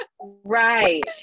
Right